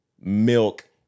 milk